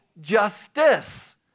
justice